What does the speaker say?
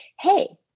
hey